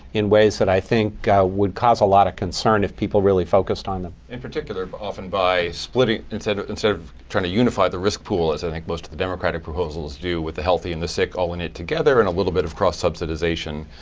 in ways that i think would cause a lot of concern if people really focused on them. phil ellis in particular, often by splitting instead of and sort of trying to unify the risk pool, as i think most of the democratic proposals do with the healthy and the sick all in it together, and a little bit of cross subsidization,